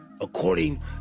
According